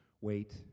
Wait